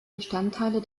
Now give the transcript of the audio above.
bestandteile